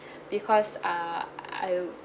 because uh I